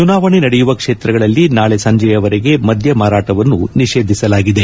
ಚುನಾವಣೆ ನಡೆಯುವ ಕ್ಷೇತ್ರಗಳಲ್ಲಿ ನಾಳಿ ಸಂಜೆಯವರೆಗೆ ಮದ್ಯ ಮಾರಾಟವನ್ನು ನಿಷೇಧಿಸಲಾಗಿದೆ